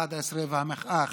והמחאה החברתית.